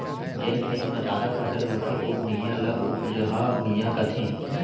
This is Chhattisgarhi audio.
जेन खेत म जादा फसल होथे ओ भुइयां, ल उपजहा भुइयां कथें